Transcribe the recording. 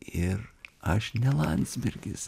ir aš ne landsbergis